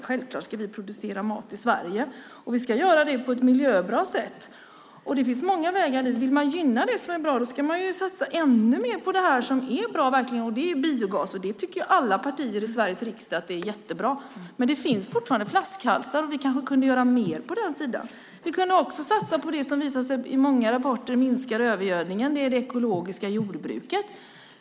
Självklart ska vi producera mat i Sverige, och vi ska göra det på ett miljöbra sätt. Det finns många vägar dit. Vill man gynna det som är bra ska man satsa ännu mer på det som verkligen är bra, och det är biogas. Det tycker alla partier i Sveriges riksdag är jättebra. Men det finns fortfarande flaskhalsar. Vi kanske kunde göra mer på den sidan. Vi kunde också satsa på det som i många rapporter visat sig minska övergödningen, nämligen det ekologiska jordbruket.